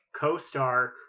co-star